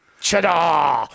Cheddar